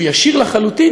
שהוא ישיר לחלוטין,